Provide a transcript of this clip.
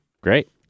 Great